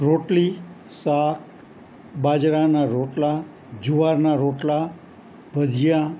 રોટલી શાક બાજરાના રોટલા જુવારના રોટલા ભજીયા